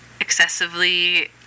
excessively